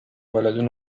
ولد